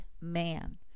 man